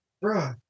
Bro